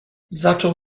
zaczął